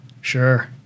Sure